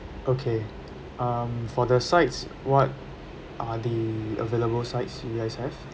okay um for the sides what are the available sides you guys have